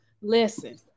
Listen